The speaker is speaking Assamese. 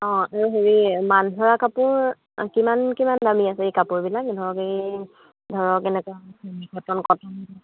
অঁ আৰু হেৰি মান ধৰা কাপোৰ কিমান কিমান দামী আছে এই কাপোৰবিলাক ধৰক এই ধৰক এনেকুৱা কটন কটন